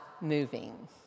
moving